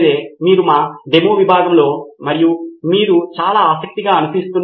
కానీ వారు వారి స్వంత వేగంతో దీన్ని చేస్తున్నారు మరియు ఆ పని చేస్తున్నందున ఇది ఖచ్చితంగా మంచి అవగాహనకు దారితీయవచ్చు